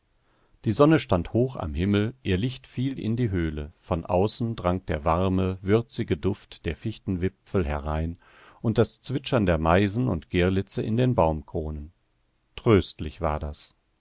die sonne stand hoch am himmel ihr licht fiel in die höhle von außen drang der warme würzige duft der fichtenwipfel herein und das zwitschern der meisen und girlitze in den baumkronen tröstlich war das